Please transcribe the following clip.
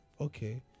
Okay